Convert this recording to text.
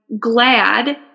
glad